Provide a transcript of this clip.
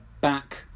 back